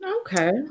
Okay